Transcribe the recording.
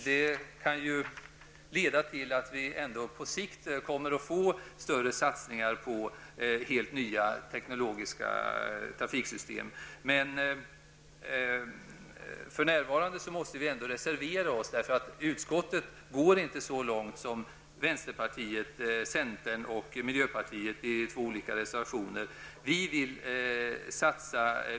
Det kan leda till att vi ändå på sikt kommer att få större satsningar på helt nya teknologiska trafiksystem. Men för närvarande måste vi ändå reservera oss mot utskottets skrivning, eftersom utskottet inte går så långt som vänsterpartiet, centern och miljöpartiet i två olika reservationer vill.